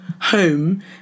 home